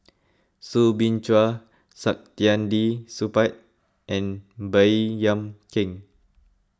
Soo Bin Chua Saktiandi Supaat and Baey Yam Keng